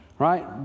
Right